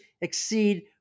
exceed